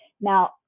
Now